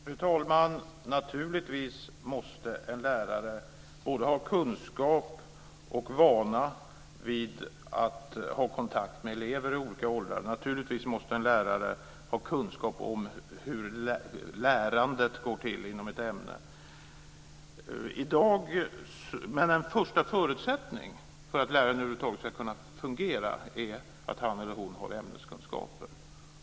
Fru talman! Naturligtvis måste en lärare både ha kunskap och vana vid att ha kontakt med elever i olika åldrar. Naturligtvis måste en lärare ha kunskap om hur lärandet går till inom ett ämne. Men en första förutsättning för att läraren över huvud taget ska kunna fungera är att han har ämneskunskaper.